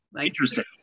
Interesting